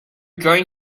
going